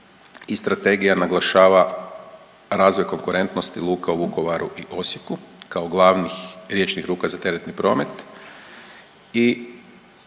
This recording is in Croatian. I strategija naglašava razvoj konkurentnosti luka u Vukovaru i Osijeku kao glavnih riječnih luka za teretni promet